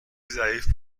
ضعیف